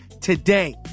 today